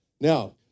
Now